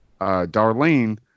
Darlene